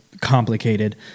complicated